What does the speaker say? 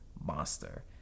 monster